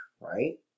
right